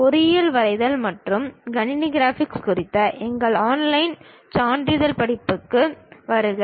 பொறியியல் வரைதல் மற்றும் கணினி கிராபிக்ஸ் குறித்த எங்கள் ஆன்லைன் சான்றிதழ் படிப்புகளுக்கு வருக